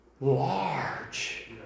large